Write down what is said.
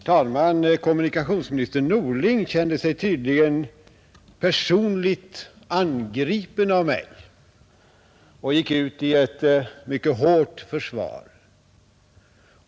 Herr talman! Kommunikationsminister Norling kände sig tydligen personligt angripen av mig och gick ut i ett mycket hårt försvar.